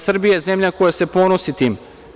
Srbija je zemlja koja se ponosi tim.